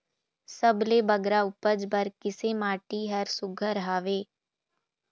सबले बगरा उपज बर किसे माटी हर सुघ्घर हवे?